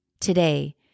Today